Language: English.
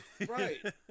right